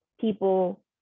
people